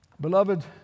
Beloved